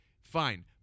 Fine